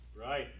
Right